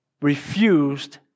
refused